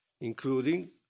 including